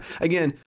again